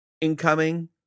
incoming